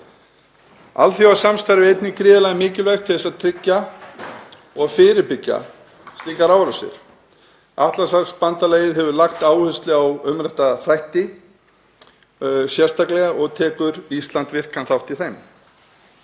Alþjóðasamstarf er einnig gríðarlega mikilvægt til að tryggja og fyrirbyggja slíkar árásir. Atlantshafsbandalagið hefur lagt áherslu á umrædda þætti sérstaklega og tekur Ísland virkan þátt í þeim.